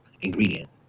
ingredient